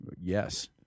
yes